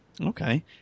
Okay